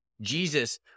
Jesus